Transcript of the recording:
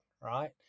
right